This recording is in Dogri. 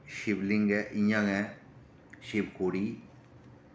शिवलिंग ऐ इयां गै शिव खोड़ी